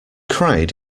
cried